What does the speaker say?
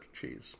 cheese